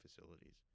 facilities